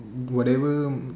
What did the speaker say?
whatever